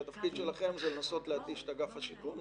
שהתפקיד שלכם זה לנסות להתיש את אגף השיקום.